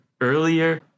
earlier